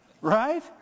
Right